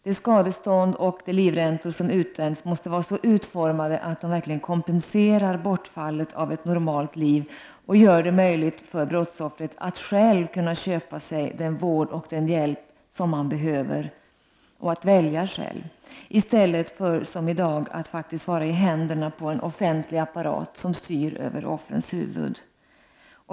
De skadestånd och de livräntor som utdöms måste vara så utformade att de verkligen kompenserar bortfallet av ett normalt liv och gör det möjligt för brottsoffret att själv kunna köpa sig den vård och den hjälp som han behöver och att själv välja, i stället för att, som i dag, vara i händerna på den offentliga apparat som styr över offrens huvud.